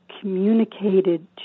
communicated